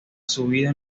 subida